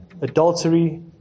adultery